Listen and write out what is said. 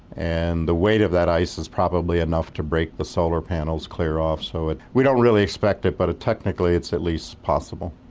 and the weight of that ice is probably enough to break the solar panels clear off. so we don't really expect it but technically it's at least possible.